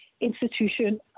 institution